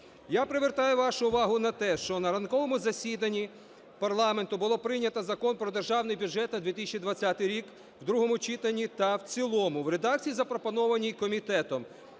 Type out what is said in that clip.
Я привертаю вашу увагу на те, що на ранковому засіданні парламенту було прийнято Закон про Державний бюджет на 2020 рік в другому читанні та в цілому в редакції, запропонованій комітетом,